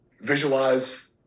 visualize